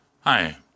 Hi